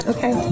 Okay